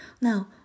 Now